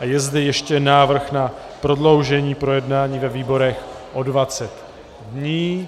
A je zde ještě návrh na prodloužení projednání ve výborech o 20 dní.